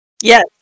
Yes